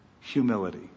Humility